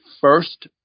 first